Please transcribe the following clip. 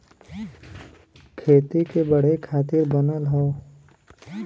खेती के बढ़े खातिर बनल हौ